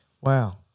wow